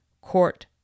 court